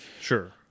sure